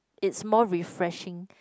it's more refreshing